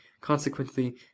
Consequently